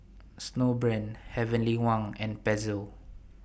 Snowbrand Heavenly Wang and Pezzo